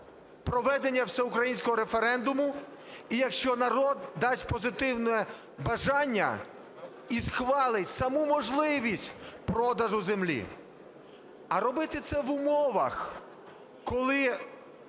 проведення всеукраїнського референдуму, і якщо народ дасть позитивне бажання і схвалить саму можливість продажу землі. А робити це в умовах, коли